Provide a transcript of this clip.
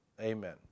amen